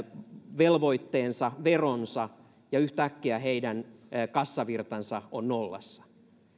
velvoitteensa veronsa ja yhtäkkiä heidän kassavirtansa on nollassa